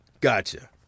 Gotcha